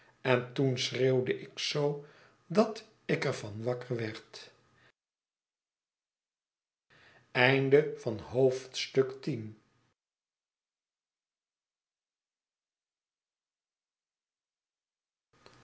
en toen schreeuwde ik zoo dat ik er van wakker werd